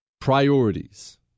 priorities